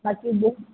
ବାଟରୁ ଯିବ